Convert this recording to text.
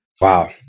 Wow